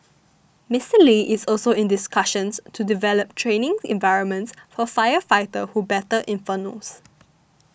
Mister Lee is also in discussions to develop training environments for firefighters who battle infernos